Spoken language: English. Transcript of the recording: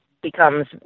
Becomes